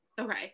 Okay